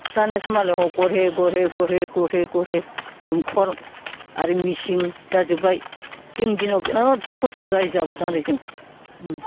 दानियासो मालाय ह' गरहै गरहै गरहै गरहै दमखल आरो मेचिन जाजोब्बाय जोंनि दिनाव बिराद खस्थ' रायजो जाबोदों आरो जों